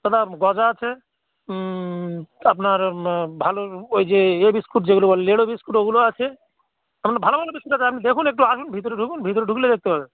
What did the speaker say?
দাদা গজা আছে আপনার ভালো ওই যে এ বিস্কুট যেগুলো বলে লেড়ো বিস্কুট ওগুলো আছে আপনার ভালো ভালো বিস্কুট আছে আপনি দেখুন একটু আসুন ভিতরে ঢুকুন ভিতরে ঢুকলে দেখতে পাবেন